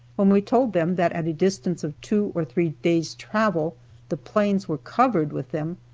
when we told them that at a distance of two or three days' travel the plains were covered with them,